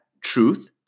truth